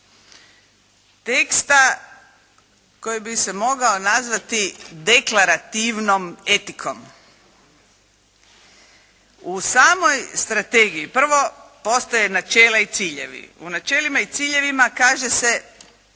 teksta koji bi se mogao nazvati deklarativnom etikom. U samoj strategiji prvo postoje načela i ciljevi. U načelima i ciljevima kaže se